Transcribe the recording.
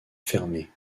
fermée